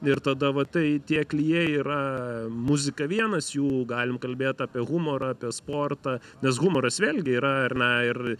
ir tada va tai tie klijai yra muzika vienas jų galim kalbėt apie humorą apie sportą nes humoras vėlgi yra ar ne ir